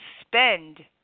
spend